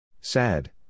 Sad